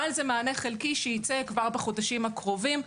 אבל זה מענה חלקי שייצא כבר בחודשים הקרובים.